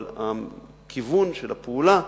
אבל הכיוון של הפעולה,